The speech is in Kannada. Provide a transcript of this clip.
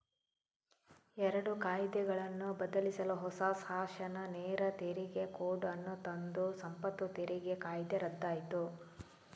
ಎರಡು ಕಾಯಿದೆಗಳನ್ನು ಬದಲಿಸಲು ಹೊಸ ಶಾಸನ ನೇರ ತೆರಿಗೆ ಕೋಡ್ ಅನ್ನು ತಂದು ಸಂಪತ್ತು ತೆರಿಗೆ ಕಾಯ್ದೆ ರದ್ದಾಯ್ತು